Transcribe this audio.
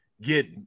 get